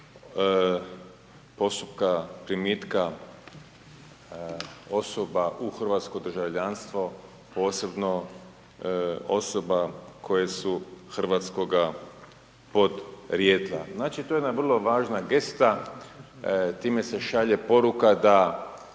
postupka primitka osoba u hrvatsko državljanstvo, posebno osoba koje su hrvatskoga podrijetla. Znači, to je jedna vrlo važna gesta, time se šalje poruka da